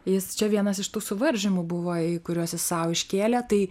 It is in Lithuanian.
jis čia vienas iš tų suvaržymų buvo į kuriuos jis sau iškėlė tai